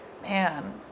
man